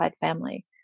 family